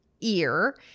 ear